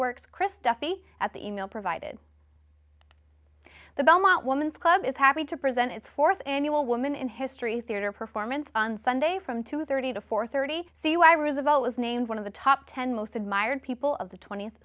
works chris duffy at the email provided the belmont woman's club is happy to present its fourth annual woman in history theater performance on sunday from two thirty to four thirty see why roosevelt was named one of the top ten most admired people of the twentieth